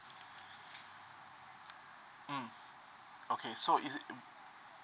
mm okay is it